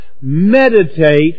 meditate